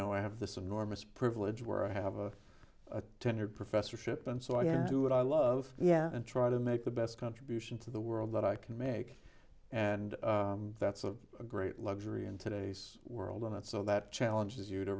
know i have this enormous privilege where i have a tenured professor ship and so i am do what i love yeah and try to make the best contribution to the world that i can make and that's a great luxury in today's world and so that challenges you to